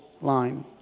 line